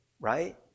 right